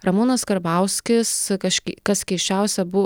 ramūnas karbauskis kažk kas keisčiausia bu